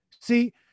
See